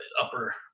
upper